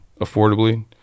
affordably